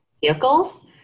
vehicles